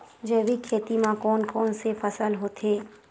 जैविक खेती म कोन कोन से फसल होथे?